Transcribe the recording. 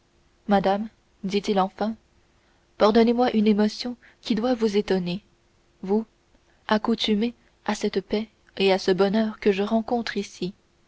madame dit-il enfin pardonnez-moi une émotion qui doit vous étonner vous accoutumée à cette paix et à ce bonheur que je rencontre ici